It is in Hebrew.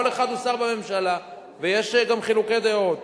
כל אחד הוא שר בממשלה, ויש גם חילוקי דעות.